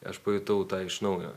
aš pajutau tą iš naujo